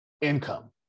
income